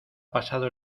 pasado